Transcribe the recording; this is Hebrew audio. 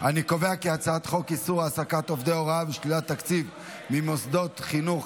הצעת חוק איסור העסקת עובדי הוראה ושלילת תקציב ממוסדות חינוך